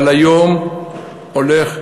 אבל היום זה